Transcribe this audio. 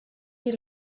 die